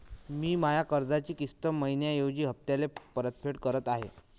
मी माया कर्जाची किस्त मइन्याऐवजी हप्त्याले परतफेड करत आहे